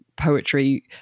poetry